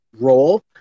role